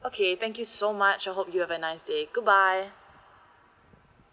okay thank you so much I hope you have a nice day goodbye